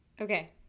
Okay